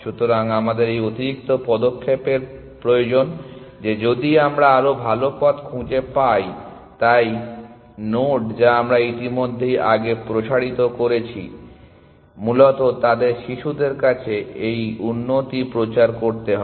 সুতরাং আমাদের এই অতিরিক্ত পদক্ষেপের প্রয়োজন যে যদি আমরা আরও ভাল পথ খুঁজে পাই তাই নোড যা আমরা ইতিমধ্যেই আগে প্রসারিত করেছি মূলত তাদের শিশুদের কাছে এই উন্নতি প্রচার করতে হবে